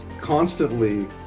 constantly